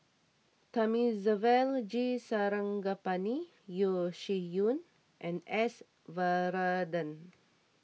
Thamizhavel G Sarangapani Yeo Shih Yun and S Varathan